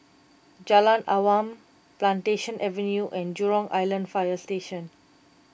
Jalan Awan Plantation Avenue and Jurong Island Fire Station